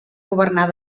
governar